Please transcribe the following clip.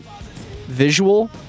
visual